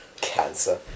Cancer